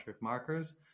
markers